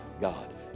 God